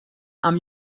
amb